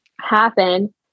happen